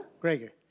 Gregor